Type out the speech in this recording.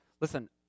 Listen